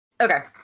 okay